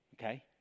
Okay